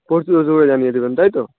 পরশু তরশু করে জানিয়ে দেবেন তাই তো